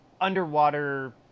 underwater